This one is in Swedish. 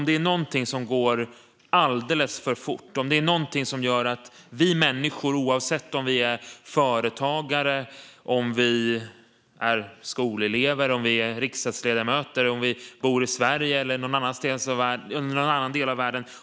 De rör oss människor oavsett om vi är företagare, skolelever eller riksdagsledamöter och oavsett om vi bor i Sverige eller i någon annan del av världen.